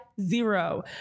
zero